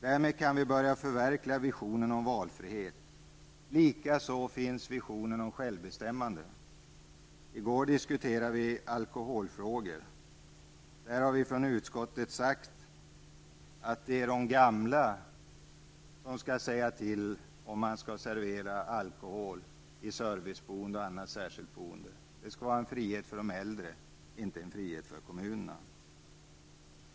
Därmed kan vi börja förverkliga visionen om valfrihet. Likaså finns visionen om självbestämmande. I går diskuterade vi alkoholfrågor. Där har vi från utskottet sagt att de gamla skall säga till om man skall servera alkohol i serviceboende och annat särskilt boende. Det skall vara en frihet för de äldre, inte för kommunerna.